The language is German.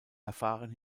erfahren